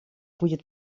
будет